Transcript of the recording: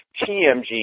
TMG